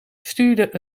stuurde